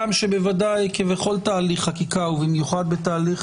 גם שוודאי כבכל תהליך חקיקה ובוודאי תהליך